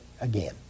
again